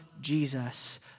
Jesus